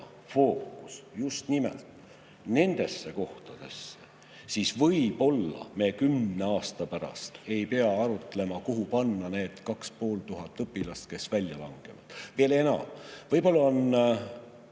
fookus just nimelt nendesse kohtadesse, siis võib-olla me kümne aasta pärast ei pea arutlema, kuhu panna need 2500 õpilast, kes välja langevad. Veel enam, võib-olla on